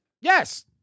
Yes